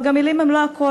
אבל גם מילים הן לא הכול.